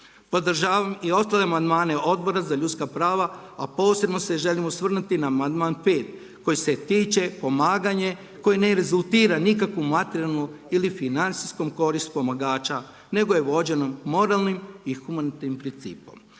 Podržavam i ostale amandmane Odbora za ljudska prava a posebno se želim osvrnuti na amandman 5. koji se tiče pomaganja koji ne rezultira nikakvu materijalnu ili financijsku korist pomagača nego je vođeno moralnim i humanitarnim principom.